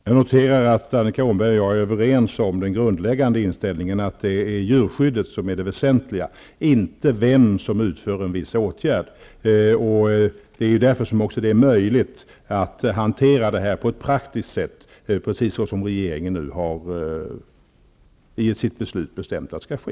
Fru talman! Jag noterar att Annika Åhnberg och jag är överens om den grundläggande inställningen, att det är djurskyddet som är det väsentliga, inte vem som utför en viss åtgärd. Det är därför som det också är möjligt att hantera det här på ett praktiskt sätt, precis som regeringen nu i sitt beslut har bestämt skall ske.